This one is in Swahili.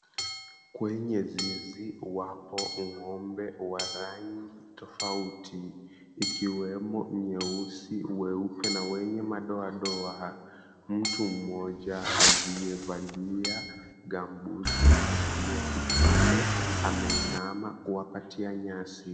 Kwenye zizi wapo ng’ombe wa rangi tofauti, ikiwemo nyeusi, weupe, na wenye madoadoa. Mtu mmoja aliyevalia gumboots na kofia kichwani ameinama kuwakatia nyasi.